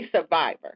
survivor